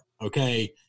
Okay